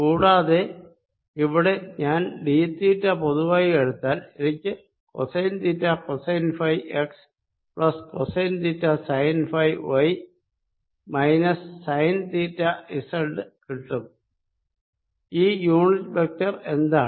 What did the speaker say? കൂടാതെ ഇവിടെ ഞാൻ ഡിതീറ്റ പൊതുവായി എടുത്താൽ എനിക്ക് cosine theta cosine phi x plus cosine theta sine phi y minus sine theta zed കിട്ടും ഈ യൂണിറ്റ് വെക്ടർ എന്താണ്